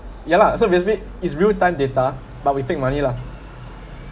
ya lah so basically is real time data but with fake money lah